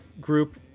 group